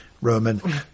Roman